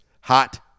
Hot